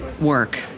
work